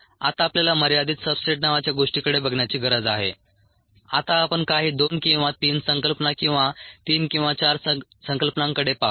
आता आपल्याला मर्यादित सब्सट्रेट नावाच्या गोष्टीकडे बघण्याची गरज आहे आता आपण काही 2 किंवा 3 संकल्पना किंवा 3 किंवा 4 संकल्पनांकडे पाहू